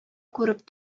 күреп